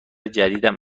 جدیدم